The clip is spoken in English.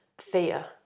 fear